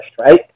right